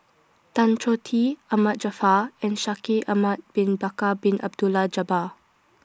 Tan Choh Tee Ahmad Jaafar and Shaikh Ahmad Bin Bakar Bin Abdullah Jabbar